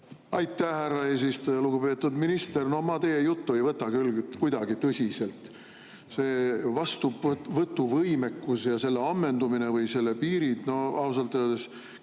Aitäh, härra eesistuja! Lugupeetud minister! Ma teie juttu ei võta küll kuidagi tõsiselt. See vastuvõtuvõimekus ja selle ammendumine või selle piirid – no ausalt öelda,